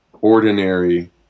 ordinary